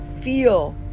feel